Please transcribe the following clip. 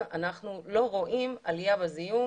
לא היה מצב שלא היה ניטור,